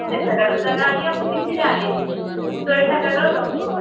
ସେଠାକାର ଜାଗା ଆଜ୍ଞା ମୁଁ କିଛି ଜାଣିନି ମୁଁ ତ ଏଠାକାରର ଲୋକ